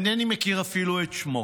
אינני מכיר אפילו את שמו.